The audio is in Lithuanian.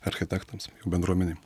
architektams bendruomenei